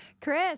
Chris